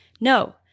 No